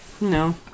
no